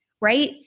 right